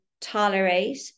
tolerate